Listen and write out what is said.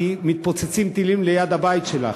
כי מתפוצצים טילים ליד הבית שלך.